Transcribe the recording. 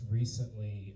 recently